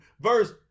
verse